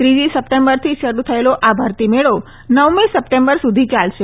ત્રીજી સપ્ટેમ્બરથી શરૂ થયેલો આ ભરતી મેળો નવમી સપ્ટેમ્બર સુધી યાલશે